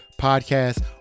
podcast